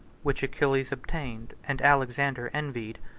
which achilles obtained, and alexander envied,